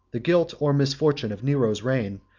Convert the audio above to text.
the guilt or misfortune of nero's reign,